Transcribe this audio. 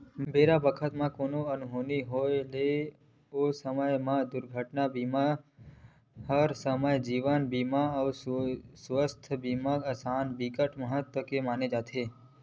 बेरा बखत कोनो अनहोनी के होय ले ओ समे म दुरघटना बीमा हर समान्य जीवन बीमा अउ सुवास्थ बीमा असन बिकट महत्ता के माने जाथे